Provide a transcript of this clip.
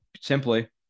simply